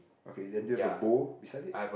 okay then do you have a bowl beside it